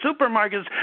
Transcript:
supermarkets